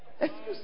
Excuse